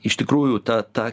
iš tikrųjų ta ta